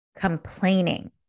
complaining